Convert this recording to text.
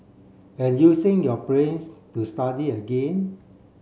and using your brains to study again